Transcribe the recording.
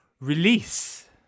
Release